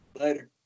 Later